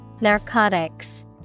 Narcotics